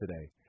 today